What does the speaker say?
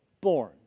born